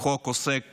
חוק עוסק